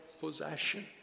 possession